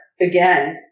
again